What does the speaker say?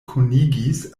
konigis